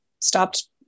stopped